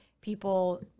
people